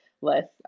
less